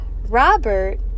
Robert